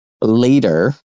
later